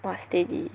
!wah! steady